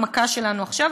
המכה שלנו עכשיו,